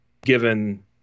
given